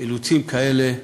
אילוצים כאלה ואחרים,